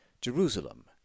Jerusalem